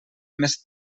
més